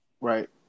Right